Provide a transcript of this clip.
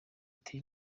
ati